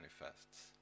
manifests